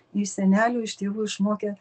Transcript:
iš senelių iš tėvų išmokę